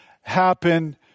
happen